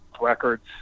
records